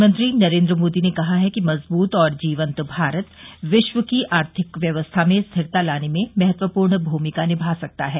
प्रधानमंत्री नरेन्द्र मोदी ने कहा है कि मजबूत और जीवंत भारत विश्व की आर्थिक व्यवस्था में स्थिरता लाने में महत्वपूर्ण भूमिका निमा सकता है